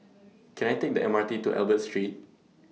Can I Take The M R T to Albert Street